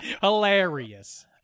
Hilarious